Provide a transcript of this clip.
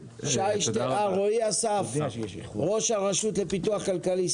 רועי אסף ראש הרשות לפיתוח כלכלי,